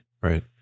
Right